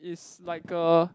is like a